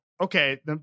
okay